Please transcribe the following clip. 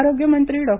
आरोग्यमंत्री डॉ